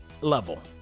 level